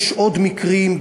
יש עוד מקרים,